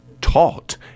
taught